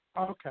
Okay